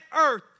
earth